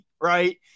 right